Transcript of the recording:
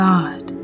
God